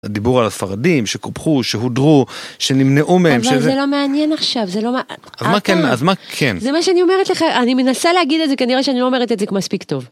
הדיבור על הספרדים שקופחו, שהודרו, שנמנעו מהם ש... אבל זה לא מעניין עכשיו, זה לא... אז מה כן? זה מה שאני אומרת לך, אני מנסה להגיד את זה כנראה שאני לא אומרת את זה מספיק טוב.